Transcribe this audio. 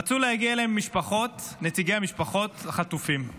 רצו להגיע אליהם משפחות, נציגי משפחות החטופים.